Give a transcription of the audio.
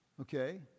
Okay